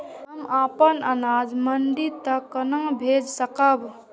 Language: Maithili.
हम अपन अनाज मंडी तक कोना भेज सकबै?